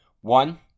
One